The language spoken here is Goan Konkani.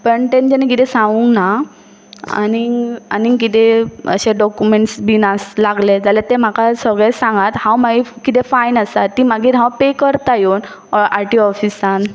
पण तें जेन्ना कितें सांगूंक ना आनीक आनीक किदें अशे डॉक्युमेंट्स बीन आ लागले जाल्यार तें म्हाका सगळें सांगात हांव मागी किदें फायन आसा ती मागीर हांव पे करता येवन आर टी ओ ऑफिसान